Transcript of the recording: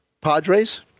Padres